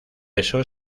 eso